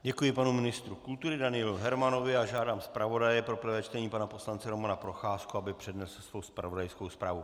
Děkuji panu ministru kultury Danielu Hermanovi a žádám zpravodaje pro prvé čtení pana poslance Romana Procházku, aby přednesl svou zpravodajskou zprávu.